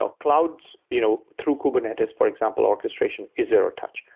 ah clouds you know through kubernetes, for example, orchestration is zero-touch.